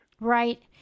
Right